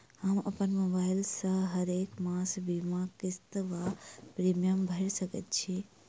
हम अप्पन मोबाइल सँ हरेक मास बीमाक किस्त वा प्रिमियम भैर सकैत छी?